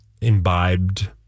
imbibed